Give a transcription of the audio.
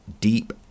deep